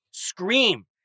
Scream